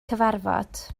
cyfarfod